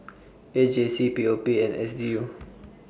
A J C P O P and S D U